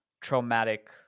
traumatic